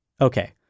Okay